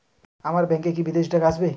আমার ব্যংকে কি বিদেশি টাকা আসবে?